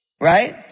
Right